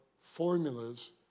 formulas